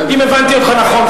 אם הבנתי אותך נכון,